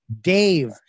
Dave